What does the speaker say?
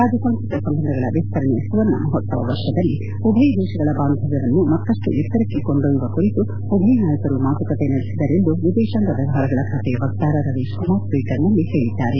ರಾಜತಾಂತ್ರಿಕ ಸಂಬಂದಗಳ ವಿಸ್ತರಣೆಯ ಸುವರ್ಣ ಮಹೋತ್ಸವ ವರ್ಷದಲ್ಲಿ ಉಭಯ ದೇಶಗಳ ಬಾಂಧವ್ಯವನ್ನು ಮತ್ತಪ್ಪು ಎತ್ತರಕ್ಕೆ ಕೊಂಡೊಯ್ಯುವ ಕುರಿತು ಉಭಯ ನಾಯಕರು ಮಾತುಕತೆ ನಡೆಸಿದರೆಂದು ಎದೇಶಾಂಗ ವ್ಯವಹಾರಗಳ ಖಾತೆಯ ವಕ್ತಾರ ರವೀಶ್ ಕುಮಾರ್ ಟ್ನೀಟ್ ಮಾಡಿದ್ಲಾರೆ